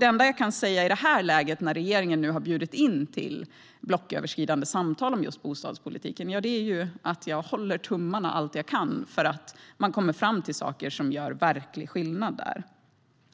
Det enda jag kan säga i det här läget, när regeringen har bjudit in till blocköverskridande samtal om just bostadspolitiken, är att jag håller tummarna allt jag kan för att man kommer fram till saker som gör verklig skillnad.